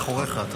מאחוריך.